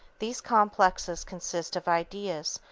these complexes consist of ideas,